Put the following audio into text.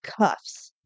cuffs